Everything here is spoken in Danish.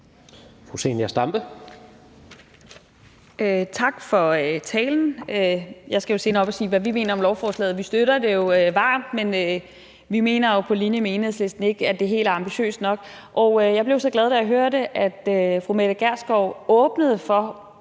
Tak for talen. Jeg skal jo senere op og sige, hvad vi mener om lovforslaget, og vi støtter det jo varmt. Men vi mener på linje med Enhedslisten ikke, at det helt er ambitiøst nok, og jeg blev så glad, da jeg hørte, at fru Mette Gjerskov åbnede for